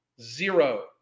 Zero